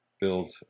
build